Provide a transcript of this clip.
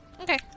Okay